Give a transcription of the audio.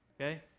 Okay